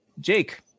Jake